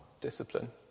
discipline